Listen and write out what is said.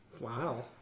Wow